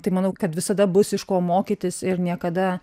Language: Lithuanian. tai manau kad visada bus iš ko mokytis ir niekada